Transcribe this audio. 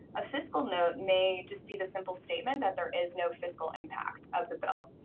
a fiscal note may just be the simple statement that there is no fiscal impact of the bill.